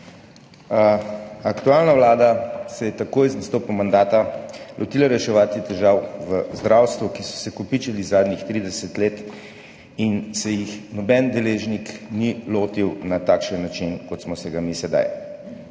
Aktualna vlada se je takoj z nastopom mandata lotila reševati težave v zdravstvu, ki so se kopičile zadnjih 30 let in se jih noben deležnik ni lotil na takšen način, kot smo se jih mi sedaj.